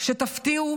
שתפתיעו